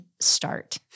start